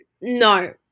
No